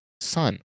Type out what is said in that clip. son